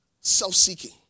self-seeking